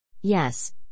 Yes